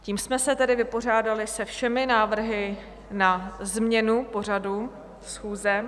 Tím jsme se tedy vypořádali se všemi návrhy na změnu pořadu schůze.